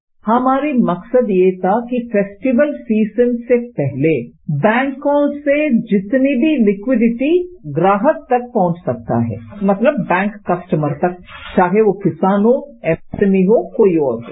बाईटनिर्मला सीतारमण हमारी मकसद यह था कि फेस्टिवल सीजन से पहले बैंकों से जितने भी लिक्विडिटी ग्राहक तक पहंच सकता है मतलब बैंक कस्टमर तक चाहेवह किसान हो एमएसएमई हो कोई और हो